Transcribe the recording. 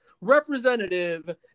representative